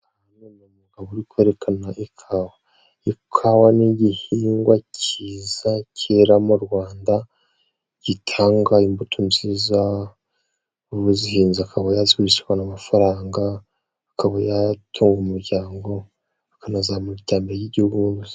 Umugabo uri kwerekana ikawa. Ikawa n'igihingwa cyiza cyera mu rwanda gitanga imbuto nziza uzihinze akaba yazigurisha akaba yabona amafaranga, akaba yatunga umuryango akanazamura iterambere ry'igihugu muri rusange.